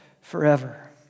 forever